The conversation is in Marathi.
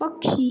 पक्षी